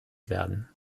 werden